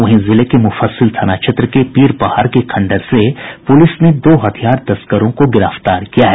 वहीं जिले के मुफस्सिल थाना क्षेत्र के पीर पहाड़ के खंडहर से पुलिस ने दो हथियार तस्करों को गिरफ्तार किया है